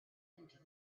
into